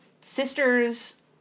sister's